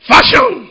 Fashion